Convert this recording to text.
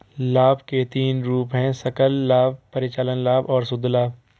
लाभ के तीन रूप हैं सकल लाभ, परिचालन लाभ और शुद्ध लाभ